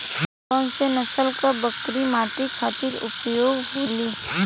कौन से नसल क बकरी मीट खातिर उपयोग होली?